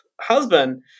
husband